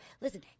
Listen